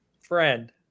friend